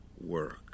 work